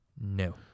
No